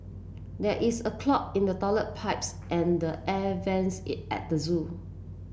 there is a clog in the toilet pipes and air vents it at the zoo